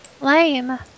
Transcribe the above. lame